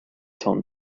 tom